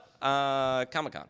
Comic-Con